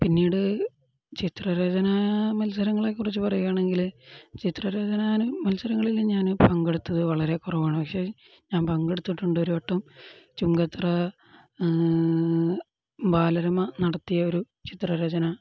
പിന്നീട് ചിത്രരചനാ മത്സരങ്ങളെക്കുറിച്ചു പറയുകയാണെങ്കില് ചിത്രരചനാ മത്സരങ്ങളില് ഞാന് പങ്കെടുത്തതു വളരെ കുറവാണ് പക്ഷെ ഞാൻ പങ്കെടുത്തിട്ടുണ്ടൊരുവട്ടം ചുങ്കത്തറ ആ ബാലരമ നടത്തിയ ഒരു ചിത്രരചന